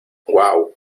uau